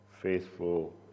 faithful